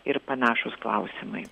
ir panašūs klausimai